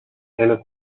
and